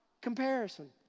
comparison